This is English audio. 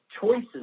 choices